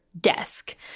desk